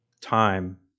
time